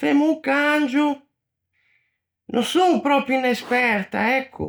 femmo o cangio". No son pròpio unn'esperta, ecco.